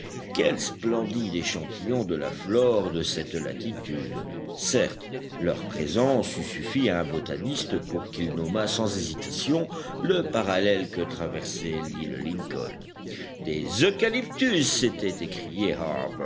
quels splendides échantillons de la flore de cette latitude certes leur présence eût suffi à un botaniste pour qu'il nommât sans hésitation le parallèle que traversait l'île lincoln des eucalyptus s'était écrié